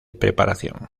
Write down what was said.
preparación